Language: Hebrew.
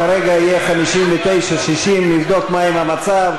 כרגע יהיה 59 60, נבדוק מה המצב.